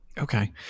Okay